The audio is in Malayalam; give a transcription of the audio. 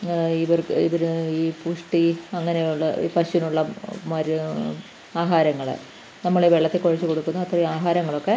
ഇവർക്ക് ഇവർ ഈ പുഷ്ടി അങ്ങനെയുള്ള പശുവിനുള്ള മരുന്ന് ആഹാരങ്ങൾ നമ്മൾ വെള്ളത്തിൽ കുഴച്ച് കൊടുക്കുന്നു അത്രയും ആഹാരങ്ങളൊക്കെ